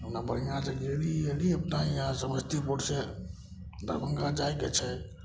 अपना बढ़िआँ से गेली अएली अपना हिआँ समस्तीपुरसे दरभङ्गा जाइके छै